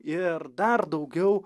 ir dar daugiau